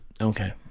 Okay